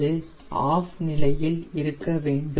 அது ஆஃப் நிலையில் இருக்க வேண்டும்